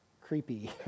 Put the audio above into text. creepy